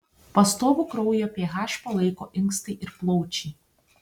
pastovų kraujo ph palaiko inkstai ir plaučiai